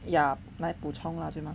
ya like 补充了对吗